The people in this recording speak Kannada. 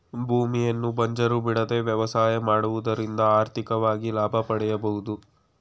ಭೂಮಿಯನ್ನು ಬಂಜರು ಬಿಡದೆ ವ್ಯವಸಾಯ ಮಾಡುವುದರಿಂದ ಆರ್ಥಿಕವಾಗಿ ಲಾಭ ಪಡೆಯಬೋದು